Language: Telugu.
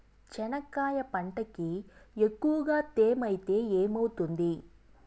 చెనక్కాయ పంటకి ఎక్కువగా తేమ ఐతే ఏమవుతుంది?